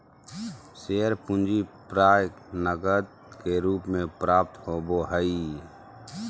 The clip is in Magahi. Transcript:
शेयर पूंजी प्राय नकद के रूप में प्राप्त होबो हइ